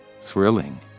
Thrilling